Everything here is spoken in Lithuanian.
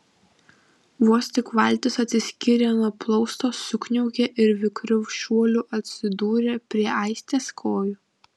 vos tik valtis atsiskyrė nuo plausto sukniaukė ir vikriu šuoliu atsidūrė prie aistės kojų